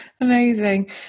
amazing